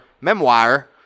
memoir